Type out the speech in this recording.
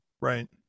Right